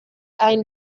ein